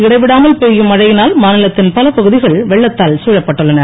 இடைவிடாமல் பெய்யும் மழையினால் மா நிலத்தின் பல பகுதிகள் வெள்ளத்தால் கூழப்பட்டுள்ளன